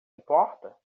importa